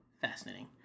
fascinating